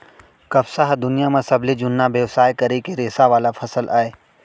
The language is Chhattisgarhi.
कपसा ह दुनियां म सबले जुन्ना बेवसाय करे के रेसा वाला फसल अय